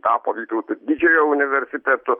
tapo vytauto didžiojo universitetu